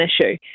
issue